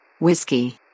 Whiskey